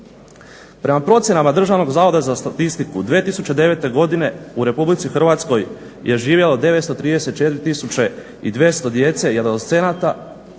Prema procjenama Državnog zavoda za statistiku 2009. godine u Republici Hrvatskoj je živjelo 934200 djece i adolescenata